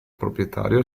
proprietario